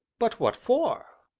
but what for?